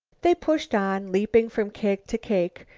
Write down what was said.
they pushed on, leaping from cake to cake.